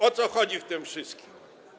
O co chodzi w tym wszystkim?